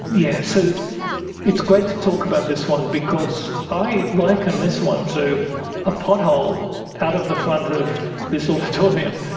yes, so it's great to talk about this one because i liken this one to a pothole out of the front of this auditorium.